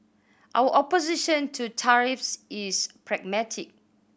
our opposition to tariffs is pragmatic